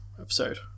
episode